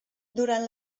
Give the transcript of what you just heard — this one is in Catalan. durant